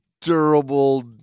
durable